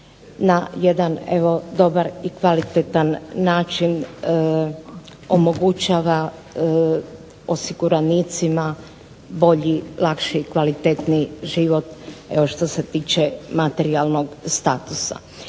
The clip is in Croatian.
na jedan evo dobar i kvalitetan način omogućava osiguranicima bolji, lakši i kvalitetniji život evo što se tiče materijalnog statusa.